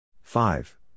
five